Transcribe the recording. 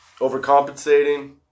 Overcompensating